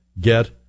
get